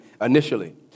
initially